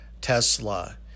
Tesla